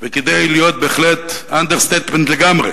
וכדי להיות בהחלט באנדרסטייטמנט לגמרי: